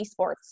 esports